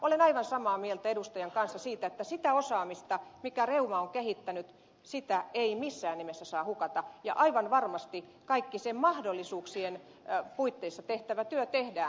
olen aivan samaa mieltä edustajan kanssa siitä että sitä osaamista minkä reuma on kehittänyt sitä ei missään nimessä saa hukata ja aivan varmasti kaikki mahdollisuuksien puitteissa tehtävä työ tehdään